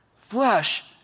flesh